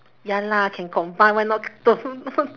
ya lah can combine [one] orh don't don't